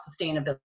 sustainability